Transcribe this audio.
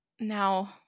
Now